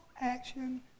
action